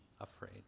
afraid